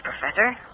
Professor